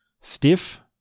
stiff